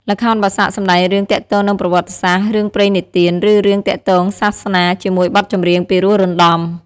ល្ខោនបាសាក់ សម្ដែងរឿងទាក់ទងនឹងប្រវត្តិសាស្ត្រ រឿងព្រេងនិទាន ឬរឿងទាក់ទង់សាសនា ជាមួយបទចម្រៀងពីរោះរណ្ដំ។